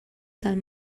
del